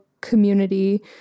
community